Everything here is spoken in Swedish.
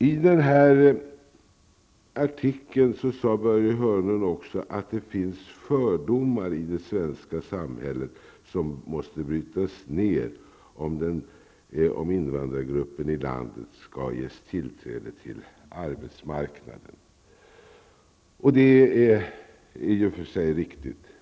I den här artikeln sade Börje Hörnlund också att det finns fördomar i det svenska samhället som måste brytas ner om invandrargruppen i landet skall ges tillträde till arbetsmarknaden. Det är i och för sig riktigt.